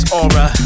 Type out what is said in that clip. aura